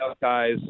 guys